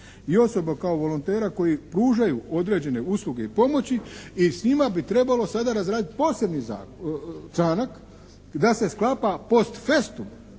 i osoba kao volontera koji pružaju određene usluge i pomoći i s njima bi trebalo sada razraditi posebni članak da se sklapa post festum